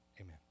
Amen